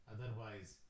Otherwise